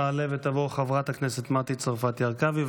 תעלה ותבוא חברת הכנסת מטי צרפתי הרכבי.